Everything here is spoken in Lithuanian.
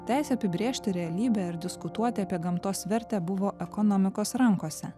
teisę apibrėžti realybę ir diskutuoti apie gamtos vertę buvo ekonomikos rankose